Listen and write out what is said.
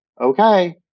Okay